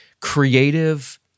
creative